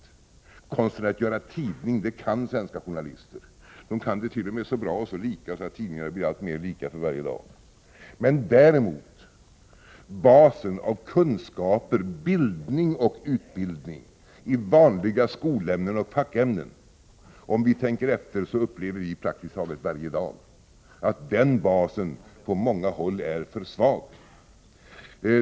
Konsten att göra tidningar kan svenska journalister. De kan det t.o.m. så bra och så lika att tidningarna blir alltmer lika för varje dag. Bristen gäller däremot basen av kunskaper — bildning och utbildning i vanliga skolämnen och fackämnen. Om vi tänker efter finner vi att vi praktiskt taget varje dag upplever att den basen på många håll är för svag.